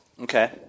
Okay